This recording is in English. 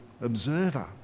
observer